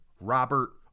Robert